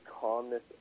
calmness